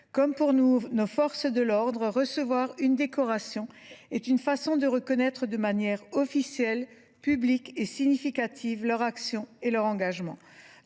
Comme pour nos forces de l’ordre, décerner une décoration est une façon de reconnaître de manière officielle, publique et significative leur action et leur engagement.